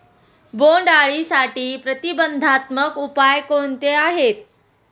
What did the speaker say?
बोंडअळीसाठी प्रतिबंधात्मक उपाय कोणते आहेत?